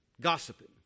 gossiping